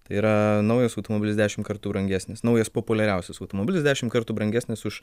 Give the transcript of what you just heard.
tai yra naujas automobilis dešimt kartų brangesnis naujas populiariausias automobilis dešimt kartų brangesnis už